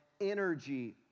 energy